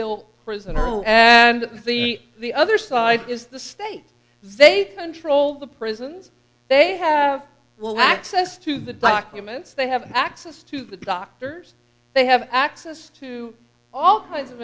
ill prisoner and the the other side is the state they control the prisons they have well that says to the documents they have access to the doctors they have access to all kinds of